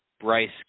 Bryce